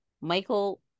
Michael